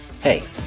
Hey